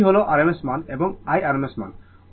V হল rms মান এবং I rms মান